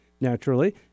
naturally